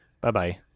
bye-bye